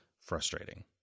frustrating